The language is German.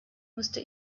musste